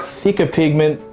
thicker pigment,